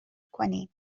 کنیم